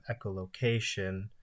echolocation